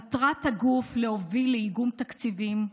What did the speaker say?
מטרת הגוף היא להוביל לאיגום תקציבים,